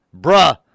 bruh